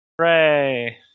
Hooray